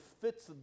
fits